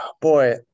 boy